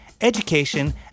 education